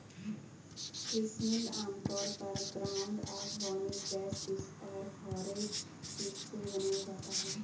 fishmeal आमतौर पर ground up, bony trash fish और फोरेज फिश से बनाया जाता है